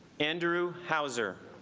andrew hauser